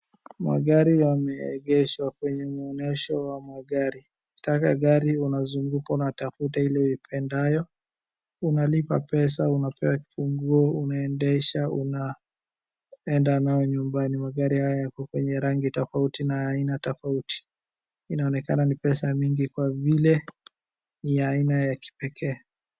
Magari yameegeshwa kwenye maonyesho ya magari. Ukitaka gari unazunguka unatafuta ile uipendayo unalipa pesa una pewa kifunguo unaendesha unaenda nayo nyumbani. Magari haya yako kwenye rangi tofauti na aina tofauti. Inaonekana ni pesa mingi kwa vile ni aina ya kipekee.